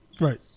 Right